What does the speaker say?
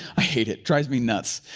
i hate it, drives me nuts. i